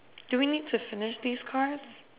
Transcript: do we need to finish these cards